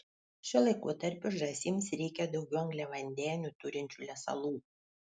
šiuo laikotarpiu žąsims reikia daugiau angliavandenių turinčių lesalų